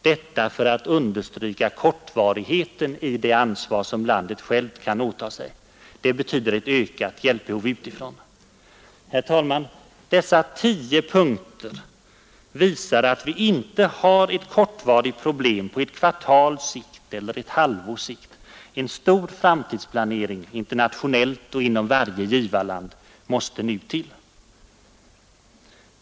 Detta för att understryka kortvarigheten i det ansvar som landet kan åtaga sig. Det betyder ett ökat hjälpbehov utifrån. Herr talman! Dessa 10 punkter visar att vi inte har ett kortvarigt problem på ett kvartals eller ett halvårs sikt. En stor framtidsplanering, internationellt och inom varje givarland, måste nu till.